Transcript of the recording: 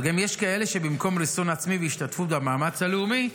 אבל יש גם כאלה שבמקום ריסון עצמי והשתתפות במאמץ הלאומי,